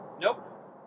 Nope